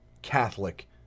Catholic